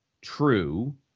true